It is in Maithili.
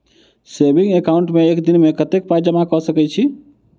सेविंग एकाउन्ट मे एक दिनमे कतेक पाई जमा कऽ सकैत छी?